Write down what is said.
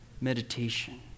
meditation